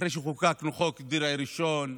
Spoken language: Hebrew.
אחרי שחוקקנו חוק דרעי ראשון,